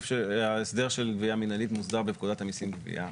ההסדר של גבייה מינהלית מוסדר בפקודת המסים (גבייה).